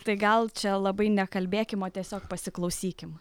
tai gal čia labai nekalbėkim o tiesiog pasiklausykim